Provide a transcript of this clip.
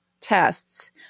tests